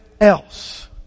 else